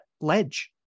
ledge